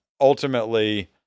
ultimately